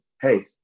hey